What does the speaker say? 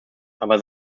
aber